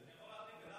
אני יכול להחליף את,